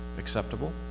Acceptable